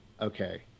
okay